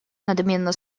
надменно